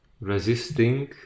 resisting